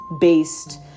based